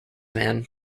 man